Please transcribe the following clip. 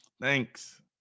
Thanks